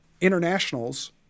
internationals